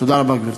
תודה רבה, גברתי.